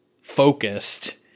focused